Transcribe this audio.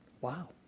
Wow